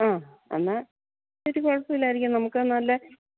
ആ എന്നാ ഒരു കുഴപ്പവുമില്ലായിരിക്കും നമുക്ക് നല്ല